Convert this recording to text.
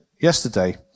yesterday